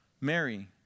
Mary